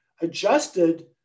adjusted